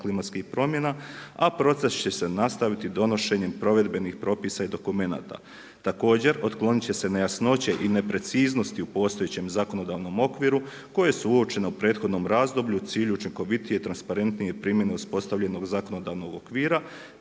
klimatskih promjena. A proces će se nastaviti donošenjem provedbenih propisa i dokumenata. Također otklonit će se nejasnoće i nepreciznosti u postojećem zakonodavnom okviru koje su uočene u prethodnom razdoblju u cilju učinkovitije, transparentnije primjene uspostavljenog zakonodavnog okvira,